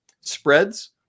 spreads